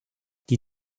die